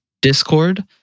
Discord